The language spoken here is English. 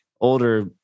older